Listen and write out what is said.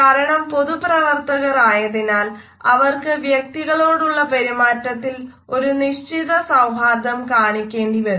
കാരണം പൊതുപ്രവർത്തകർ ആയതിനാൽ അവർക്ക് വ്യക്തികളോടുള്ള പെരുമാറ്റത്തിൽ ഒരു നിശ്ചിത സൌഹാർദ്ദം കാണിക്കേണ്ടി വരുന്നു